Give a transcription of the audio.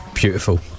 beautiful